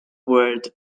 word